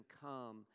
come